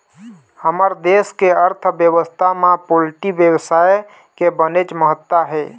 हमर देश के अर्थबेवस्था म पोल्टी बेवसाय के बनेच महत्ता हे